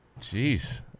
Jeez